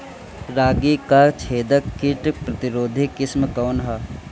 रागी क छेदक किट प्रतिरोधी किस्म कौन ह?